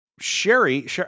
Sherry